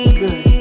good